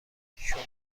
شما